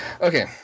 Okay